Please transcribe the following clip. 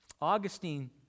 Augustine